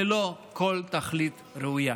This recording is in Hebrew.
ללא כל תכלית ראויה.